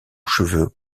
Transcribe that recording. cheveux